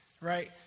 right